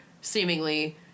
seemingly